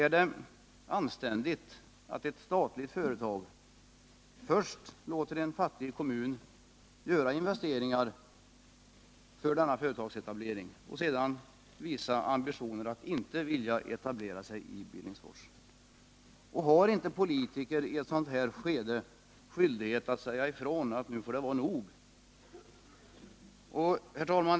Är det anständigt att ett statligt företag först låter en fattig kommun göra investeringar för denna företagsetablering för att sedan inte vilja etablera sig i Billingsfors? Har inte politiker i ett sådant läge skyldighet att säga ifrån — nu får det vara nog? Herr talman!